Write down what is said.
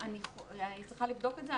אני צריכה לבדוק את זה.